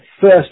first